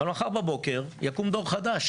אבל מחר בבוקר יקום דור חדש,